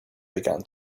began